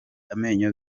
amenyo